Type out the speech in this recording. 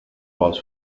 was